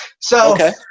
So-